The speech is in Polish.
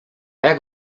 jak